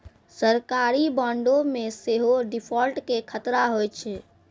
सरकारी बांडो मे सेहो डिफ़ॉल्ट के खतरा होय छै